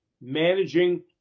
managing